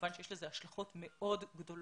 כמובן שיש לזה השלכות מאוד גדולות